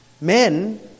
men